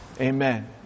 Amen